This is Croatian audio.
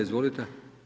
Izvolite.